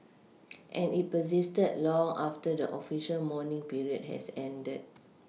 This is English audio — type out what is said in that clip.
and it persisted long after the official mourning period had ended